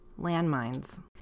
landmines